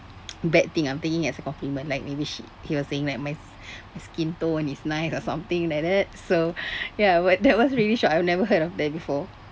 bad thing I'm taking it as a compliment like maybe she he was saying that my sk~ my skin tone is nice or something like that so ya well that was really shocked I've never heard of that before